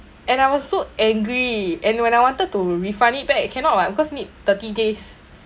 and I was so angry and when I wanted to refund it back cannot [what] because need thirty days